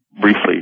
briefly